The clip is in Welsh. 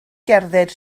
gerdded